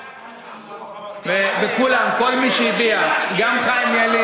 לא רק חמד עמאר,